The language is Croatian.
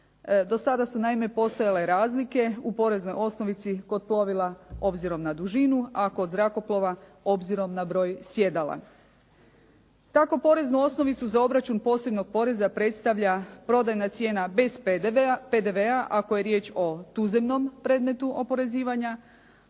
Do sada su naime postojale razlike u poreznoj osnovici kod plovila obzirom na dužinu, a kod zrakoplova obzirom na broj sjedala. Tako poreznu osnovicu za obračun posebnog poreza predstavlja prodajna cijena bez PDV-a ako je riječ o tuzemnom predmetu oporezivanja,